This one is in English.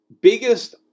biggest